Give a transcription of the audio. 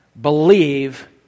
Believe